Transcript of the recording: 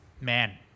Man